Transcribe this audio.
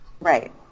Right